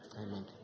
Amen